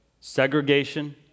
segregation